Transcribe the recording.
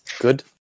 Good